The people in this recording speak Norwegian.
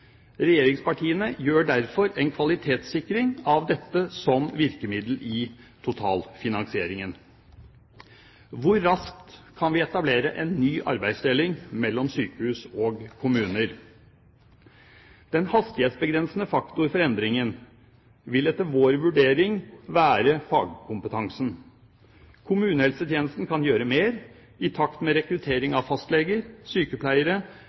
Regjeringspartiene gjør derfor en kvalitetssikring av dette som virkemiddel i totalfinansieringen. Hvor raskt kan vi etablere en ny arbeidsdeling mellom sykehus og kommuner? Den hastighetsbegrensende faktor for endringen vil etter vår vurdering være fagkompetansen. Kommunehelsetjenesten kan gjøre mer i takt med rekruttering av fastleger, sykepleiere,